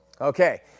Okay